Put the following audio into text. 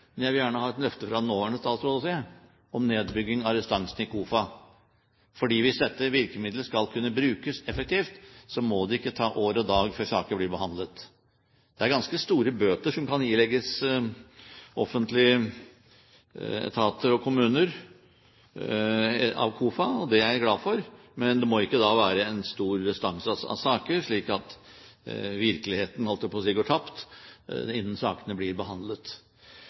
men jeg vil gjerne ha et løfte fra den nåværende statsråden også, om nedbygging av saksrestansene i KOFA, for hvis dette virkemiddelet skal kunne brukes effektivt, må det ikke ta år og dag før sakene blir behandlet. Det er ganske store bøter som kan ilegges offentlige etater og kommuner av KOFA, og det er jeg glad for, men da må det ikke være en stor restanse av saker, slik at virkeligheten – jeg holdt på å si – går tapt innen sakene blir behandlet.